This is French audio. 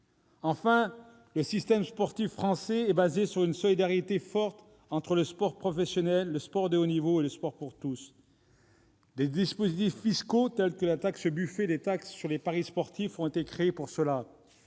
Enfin, le système sportif français est basé sur une solidarité forte entre le sport professionnel, le sport de haut niveau et le sport pour tous. Des dispositifs fiscaux tels que la taxe Buffet et des taxes sur les paris sportifs ont été créés pour cela.